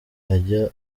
ajya